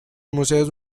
museos